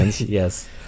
Yes